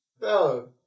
No